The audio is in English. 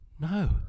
No